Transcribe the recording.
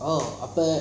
oh அப்பா:apa